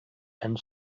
and